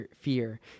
fear